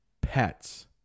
pets